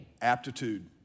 Aptitude